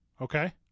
okay